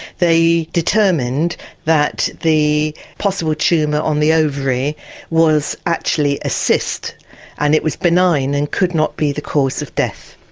they determined that the possible tumour on the ovary was actually a cyst and it was benign and could not be the cause of death.